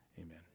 amen